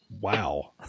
Wow